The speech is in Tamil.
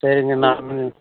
சரிங்க நாங்கள்